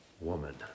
woman